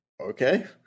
okay